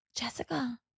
Jessica